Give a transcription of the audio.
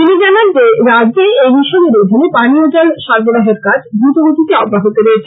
তিনি জানান যে রাজ্যে এই মিশনের অধীনে পানীয় জল সরবরাহের কাজ দ্রতগতিতে অব্যাহত রয়েছে